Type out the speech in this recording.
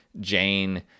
Jane